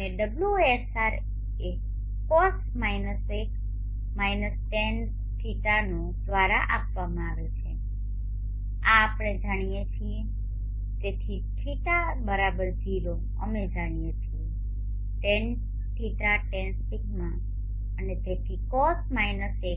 અને ωsr એ cos 1 tanϕ tanδ દ્વારા આપવામાં આવે છે આ આપણે જાણીએ છીએ તેથી ϕ0 અમે જાણીએ છીએ tanϕ tanδ અને તેથી cos 1 છે